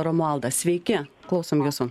romualdas sveiki klausom jūsų